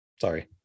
sorry